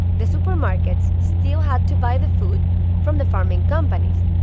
the supermarkets still had to buy the food from the farming companies.